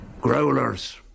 growlers